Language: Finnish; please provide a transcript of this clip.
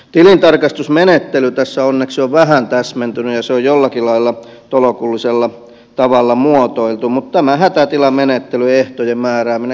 tilintarkastusmenettely tässä onneksi on vähän täsmentynyt ja se on jollakin lailla tolkullisella tavalla muotoiltu mutta tämä hätätilamenettelyehtojen määrääminen